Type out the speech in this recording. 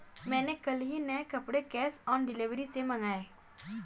मैंने कल ही नए कपड़े कैश ऑन डिलीवरी से मंगाए